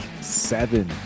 seven